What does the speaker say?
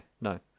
no